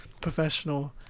professional